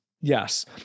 Yes